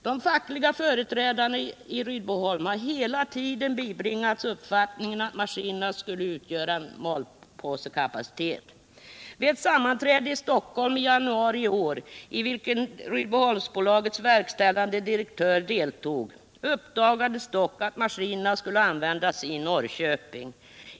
De fackliga företrädarna i Rydboholm har hela tiden bibringats uppfattningen att maskinerna skulle utgöra en malpåsekapacitet. Vid ett sammanträde i januari iår, i vilket Rydboholmsbolagets verkställande direktör deltog, uppdagades dock att maskinerna skulle användas i Norrköping.